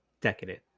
decadent